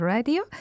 Radio